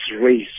race